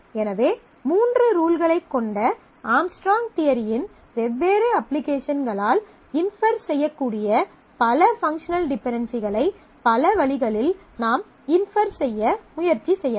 எனவே மூன்று ரூல்களைக் கொண்ட ஆம்ஸ்ட்ராங் தியரியின் வெவ்வேறு அப்ளிகேஷன்களால் இன்ஃபெர் செய்யக்கூடிய பல பங்க்ஷனல் டிபென்டென்சிகளை பல வழிகளில் நாம் இன்ஃபெர் செய்ய முயற்சி செய்யலாம்